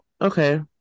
okay